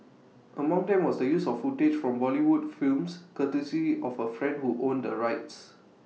among them was the use of footage from Bollywood films courtesy of A friend who owned the rights